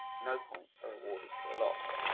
no points are awarded for a loss.